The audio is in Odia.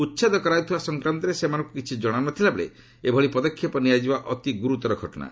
ଉଚ୍ଛେଦ କରାଯାଉଥିବା ସଂକ୍ରାନ୍ତରେ ସେମାନଙ୍କୁ କିଛି ଜଣା ନ ଥିଲାବେଳେ ଏଭଳି ପଦକ୍ଷେପ ନିଆଯିବା ଅତି ଗୁର୍ତ୍ତର ଘଟଣା